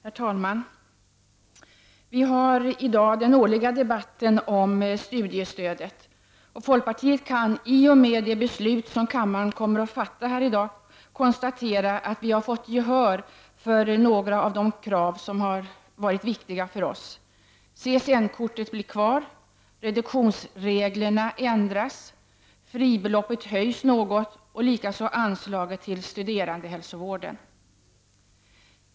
Herr talman! Vi har i dag den årliga debatten om studiestödet. Folkpartiet kan i och med det beslut som kammaren kommer att fatta konstatera, att vi har fått gehör för några av de krav som varit viktiga för oss: CSN-kortet blir kvar, reduktionsreglerna ändras, fribeloppet höjs något liksom anslaget till studerandehälsovården.